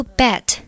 bet